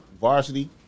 varsity